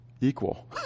equal